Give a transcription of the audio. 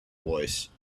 voice